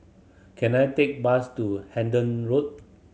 can I take bus to Hendon Road